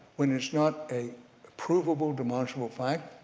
when it's not a provable demonstrable fact,